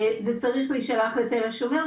זה צריך להישלח לתל השומר,